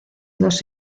dos